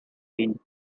been